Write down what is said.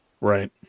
right